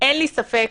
לי ספק